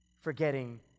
forgetting